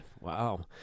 Wow